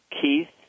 Keith